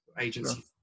agency